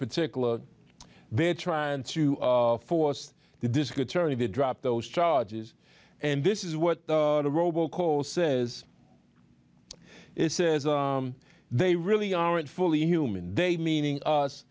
particular they're trying to force the disc attorney to drop those charges and this is what the robo call says it says they really aren't fully human they meaning us